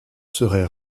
serait